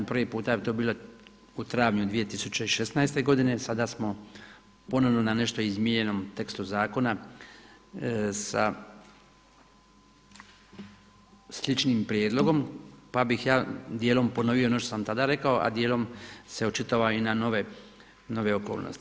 Prvi puta bi to bilo u travnju 2016. godine, sada smo ponovno na nešto izmijenjenom tekstu zakona sa sličnim prijedlogom pa bih ja dijelom ponovio ono što sam tada rekao, a dijelom se očitovao i na nove okolnosti.